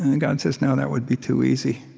and and god says, no, that would be too easy.